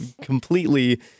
completely